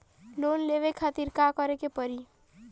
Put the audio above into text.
Loan लेवे खातिर का करे के पड़ी?